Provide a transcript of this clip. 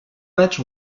matchs